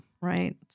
right